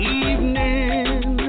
evening